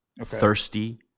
thirsty